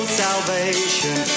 salvation